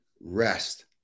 rest